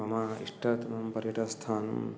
मम इष्टतमं पर्यटनस्थानं